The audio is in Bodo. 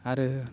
आरो